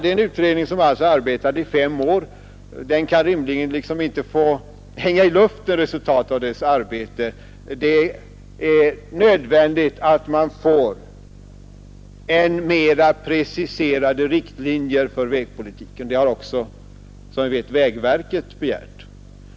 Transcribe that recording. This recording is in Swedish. En utredning har arbetat med detta i fem år, och resultatet av dess arbete kan rimligen inte få hänga i luften. Det är nödvändigt att det ges mera preciserade riktlinjer för vägpolitiken. Det har också, som vi vet, vägverket begärt.